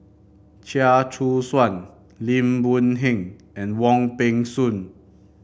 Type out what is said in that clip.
Chia Choo Suan Lim Boon Heng and Wong Peng Soon